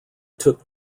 took